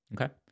Okay